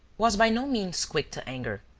was by no means quick to anger,